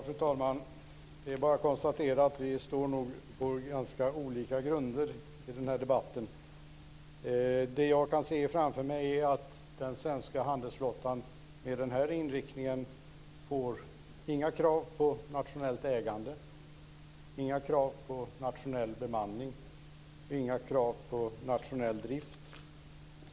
Fru talman! Det är bara att konstatera att vi nog står på ganska olika grunder i den här debatten. Det jag kan se framför mig med den här inriktningen, är att den svenska handelsflottan inte får några krav på nationellt ägande, inga krav på nationell bemanning och inga krav på nationell drift.